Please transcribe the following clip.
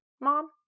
mom